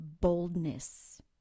boldness